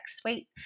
sweet